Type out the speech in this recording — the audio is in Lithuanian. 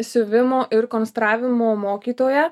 siuvimo ir konstravimo mokytoja